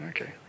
Okay